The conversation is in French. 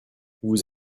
vous